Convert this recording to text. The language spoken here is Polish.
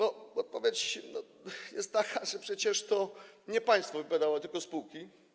Odpowiedź jest taka, że przecież to nie państwo to wypowiadało, tylko spółki.